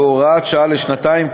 בהוראת שעה לשנתיים,